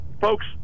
folks